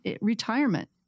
retirement